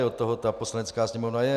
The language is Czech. Od toho Poslanecká sněmovna je.